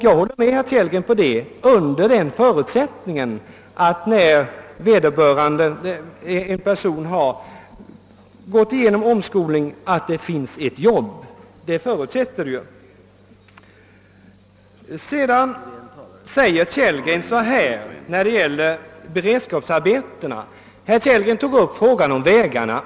Jag håller med honom under förutsättning att det också finns ett arbete för den person som omskolats för nya uppgifter. I samband med diskussionen om beredskapsarbetena tog herr Kellgren upp frågan om vägarna.